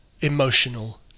emotional